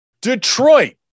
Detroit